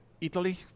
Italy